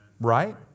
right